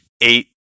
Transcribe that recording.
eight